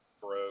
broke